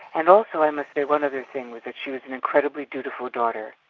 and also, i must say one other thing was that she was an incredibly dutiful daughter.